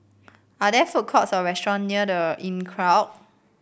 are there food courts or restaurant near The Inncrowd